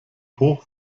hoch